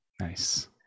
Nice